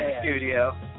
studio